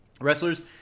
wrestlers